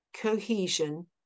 cohesion